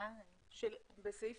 בסעיף